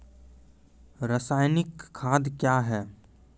रसायनिक खाद कया हैं?